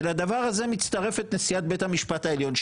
ולדבר הזה מצטרפת נשיאת בית המשפט העליון,